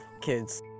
kids